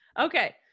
Okay